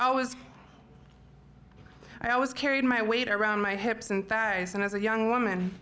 always i always carried my weight around my hips and thighs and as a young woman